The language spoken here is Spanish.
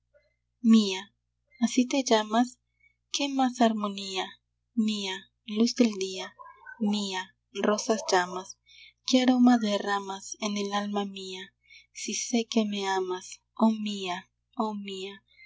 mía así te llamas qué más harmonía mía luz del día mía rosas llamas qué aroma derramas en el alma mía si sé que me amas oh mía oh mía